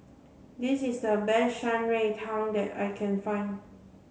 this is the best Shan Rui Tang that I can find